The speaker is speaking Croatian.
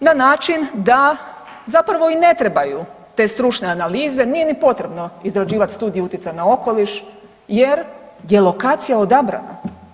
na način da zapravo i ne trebaju te stručne analize, nije ni potrebno izrađivati studiju utjecaja na okoliš jer je lokacija odabrana.